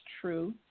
true